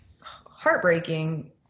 heartbreaking